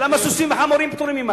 ולמה סוסים וחמורים פטורים ממס?